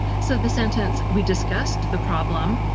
so the sentence we discussed the problem,